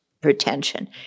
pretension